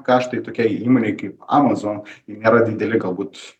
kaštai tokiai įmonė kaip amazon nera dideli galbūt